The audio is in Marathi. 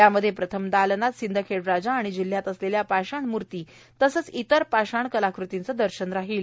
यामध्ये प्रथम दालनात सिंदखेडराजा व जिल्ह्यात असलेल्या पाषाण मूर्त्या व इतर पाषाण कलाकृतींचे दर्शन राहणार आहे